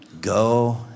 Go